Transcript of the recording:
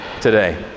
today